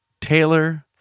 Taylor